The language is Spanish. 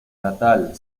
natal